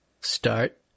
start